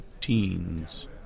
teens